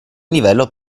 livello